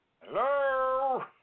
Hello